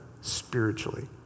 spiritually